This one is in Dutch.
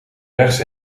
rechts